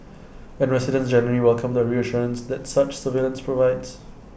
and residents generally welcome the reassurance that such surveillance provides